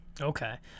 Okay